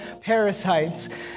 parasites